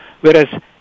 whereas